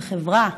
כחברה,